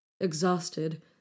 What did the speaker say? Exhausted